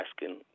asking